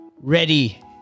ready